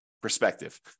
Perspective